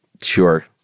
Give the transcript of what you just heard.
Sure